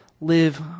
live